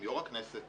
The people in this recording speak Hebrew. עם יושב-ראש הכנסת,